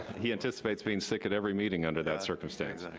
he anticipates being sick at every meeting under that circumstance.